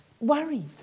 worried